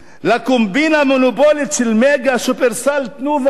לקומבינה המונופולית של "מגה", "שופרסל", "תנובה",